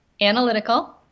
Analytical